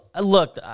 look